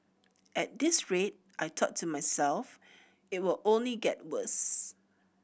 at this rate I thought to myself it will only get worse